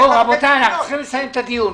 רבותי, אנחנו צריכים לסיים את הדיון.